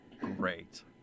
great